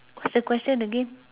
what's the question again